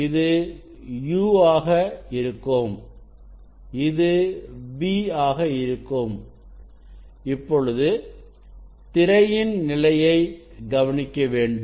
இது u ஆக இருக்கும் இது v ஆக இருக்கும் இப்போது திரையின் நிலையை கவனிக்க வேண்டும்